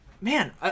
Man